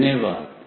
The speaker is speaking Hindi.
धन्यवाद